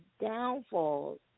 downfalls